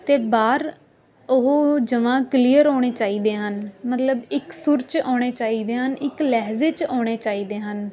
ਅਤੇ ਬਾਹਰ ਉਹ ਜਮ੍ਹਾਂ ਕਲੀਅਰ ਆਉਣੇ ਚਾਹੀਦੇ ਹਨ ਮਤਲਬ ਇੱਕ ਸੁਰ 'ਚ ਆਉਣੇ ਚਾਹੀਦੇ ਹਨ ਇੱਕ ਲਹਿਜ਼ੇ 'ਚ ਆਉਣੇ ਚਾਹੀਦੇ ਹਨ